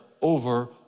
over